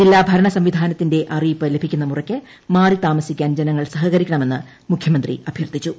ജില്ലാ ഭരണ സംവിധാനത്തിന്റെ അറിയിപ്പ് ലഭിക്കുന്ന മുറ്റയ്ക്ക് മാറി താമസിക്കാൻ ജനങ്ങൾ സഹകരിക്കണമെന്ന് മുഖ്യമന്ത്രി അഭ്യർത്ഥിച്ചു